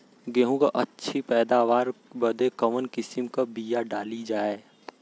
गेहूँ क अच्छी पैदावार बदे कवन किसीम क बिया डाली जाये?